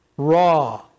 Raw